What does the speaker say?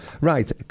Right